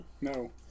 No